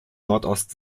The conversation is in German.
nordost